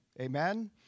Amen